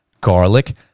garlic